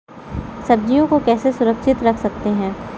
सब्जियों को कैसे सुरक्षित रख सकते हैं?